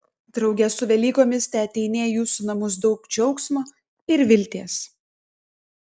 drauge su velykomis teateinie į jūsų namus daug džiaugsmo ir vilties